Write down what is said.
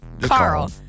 Carl